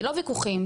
לא ויכוחים,